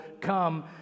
come